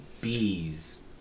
Bees